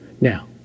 Now